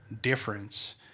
difference